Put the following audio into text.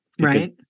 Right